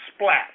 splat